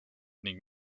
ning